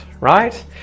right